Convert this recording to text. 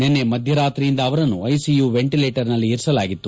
ನಿನ್ನೆ ಮಧ್ಯರಾತ್ರಿಯಿಂದ ಅವರನ್ನು ಐಸಿಯುನ ವೆಂಟಲೇಟರ್ನಲ್ಲಿ ಇರಿಸಲಾಗಿತ್ತು